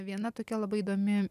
viena tokia labai įdomi